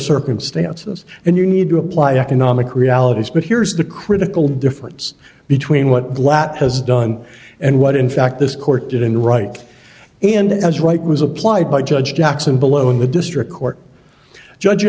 circumstances and you need to apply economic realities but here's the critical difference between what glatt has done and what in fact this court did in the right and i was right was applied by judge jackson below in the district court judge